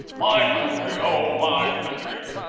my country o my country!